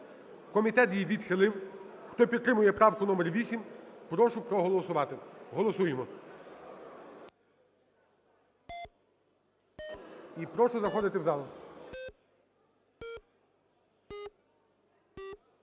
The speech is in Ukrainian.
Комітет її відхилив. Хто підтримує правку номер 8, прошу проголосувати. Голосуємо. І прошу заходити в зал.